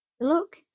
look